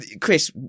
Chris